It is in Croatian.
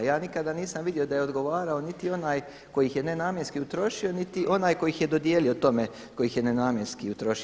Ja nikada nisam vidio da je odgovarao niti onaj tko ih je nenamjenski utrošio niti onaj koji ih je dodijelio tome kojih je nenamjenski utrošio.